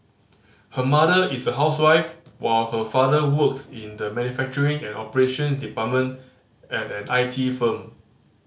her mother is a housewife while her father works in the manufacturing and operations department at an I T firm